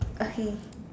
okay